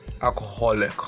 Alcoholic